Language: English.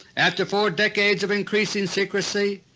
after four decades of increasing secrecy,